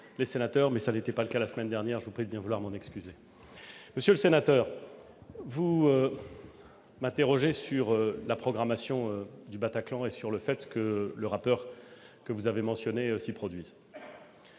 les sénateurs, mais ce n'était pas le cas la semaine dernière, je vous prie de bien vouloir m'en excuser. Monsieur le sénateur, vous m'interrogez sur la programmation du Bataclan et sur le fait que le rappeur que vous avez mentionné s'y produise.